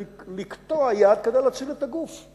לקטוע יד כדי להציל את הגוף.